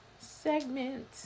segment